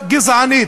גזענית.